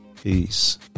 Peace